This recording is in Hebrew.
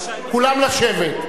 כולם לשבת.